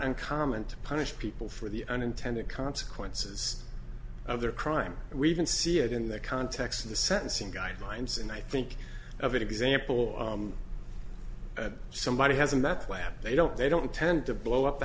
uncommon to punish people for the unintended consequences of their crime we even see it in the context of the sentencing guidelines and i think of an example that somebody has in that plant they don't they don't tend to blow up the